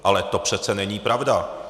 Ale to přece není pravda.